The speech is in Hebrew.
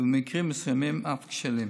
ובמקרים מסוימים אף כשלים.